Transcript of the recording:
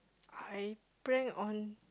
I prank on